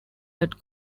that